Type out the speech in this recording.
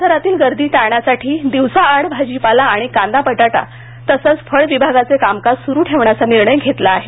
बाजारातील गर्दी टाळण्यासाठी दिवसाआड भाजीपाला आणि कांदा बटाटा तसेच फळ विभागाचे कामकाज सुरू ठेवण्याचा निर्णय घेतला आहे